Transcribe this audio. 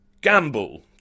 Gamble